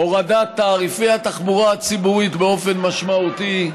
הורדת תעריפי התחבורה הציבורית באופן משמעותי.